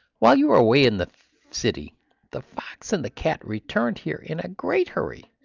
while you were away in the city the fox and the cat returned here in a great hurry.